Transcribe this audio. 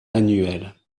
annuelle